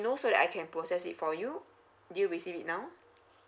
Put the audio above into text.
know so that I can process it for you do you receive it now